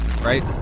right